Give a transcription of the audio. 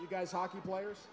you guys hockey players